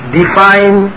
define